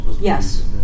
Yes